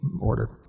order